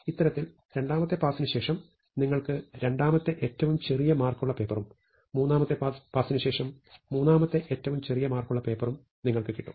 ഇത്തരത്തിൽ രണ്ടാമത്തെ പാസിന് ശേഷം നിങ്ങൾക്ക് രണ്ടാമത്തെ ഏറ്റവും ചെറിയ മാർക്കുള്ള പേപ്പറും മൂന്നാമത്തെ പാസിനു ശേഷം മൂന്നാമത്തെ ഏറ്റവും ചെറിയ മാർക്കുള്ള പേപ്പറും നിങ്ങൾക്കു കിട്ടും